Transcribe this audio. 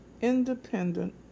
independent